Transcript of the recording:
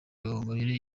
gahongayire